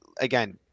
again